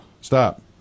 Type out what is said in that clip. stop